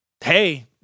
hey